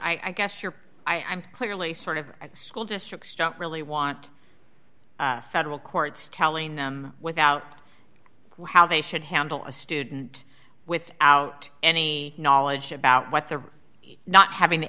i guess here i am clearly sort of at school districts don't really want federal courts telling them without how they should handle a student without any knowledge about what they're not having the